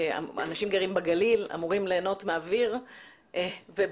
אנשים גרים בגליל ואמורים ליהנות מהאוויר וב-16:00